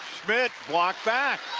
schmitt blocked back.